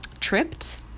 tripped